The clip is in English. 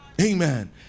amen